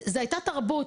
זו הייתה תרבות